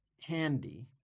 handy